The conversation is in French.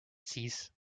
six